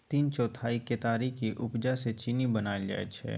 तीन चौथाई केतारीक उपजा सँ चीन्नी बनाएल जाइ छै